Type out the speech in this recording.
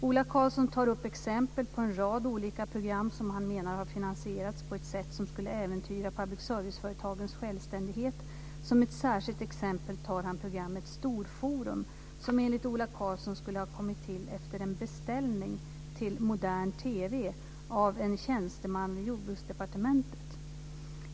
Ola Karlsson tar upp exempel på en rad olika program som han menar har finansierats på ett sätt som skulle äventyra public service-företagens självständighet. Som ett särskilt exempel tar han programmet Storforum, som enligt Ola Karlsson skulle ha kommit till efter en "beställning" till Modern TV av en tjänsteman vid Jordbruksdepartementet.